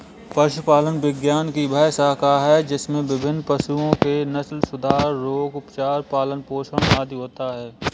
पशुपालन विज्ञान की वह शाखा है जिसमें विभिन्न पशुओं के नस्लसुधार, रोग, उपचार, पालन पोषण आदि होता है